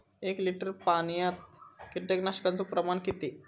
एक लिटर पाणयात कीटकनाशकाचो प्रमाण किती?